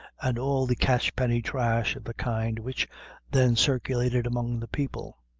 and all the catchpenny trash of the kind which then circulated among the people.